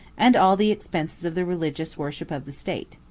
and all the expenses of the religious worship of the state.